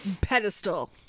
pedestal